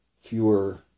fewer